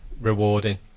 rewarding